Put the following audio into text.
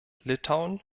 litauen